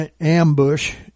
ambush